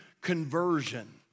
conversion